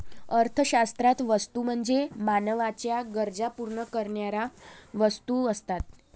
अर्थशास्त्रात वस्तू म्हणजे मानवाच्या गरजा पूर्ण करणाऱ्या वस्तू असतात